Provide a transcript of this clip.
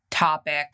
Topic